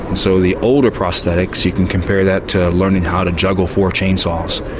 so the older prosthetics you can compare that to learning how to juggle four chainsaws.